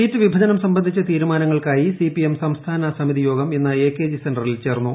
seat വിഭജനം സംബന്ധിച്ച തീരുമാനങ്ങൾക്കായി സിപിഎം സംസ്ഥാന സമിതി യോഗം ഇന്ന് എകെജി സെന്ററിൽ ചേർന്നു